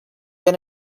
been